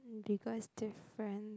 biggest difference